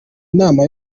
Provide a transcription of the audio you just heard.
inama